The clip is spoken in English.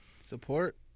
support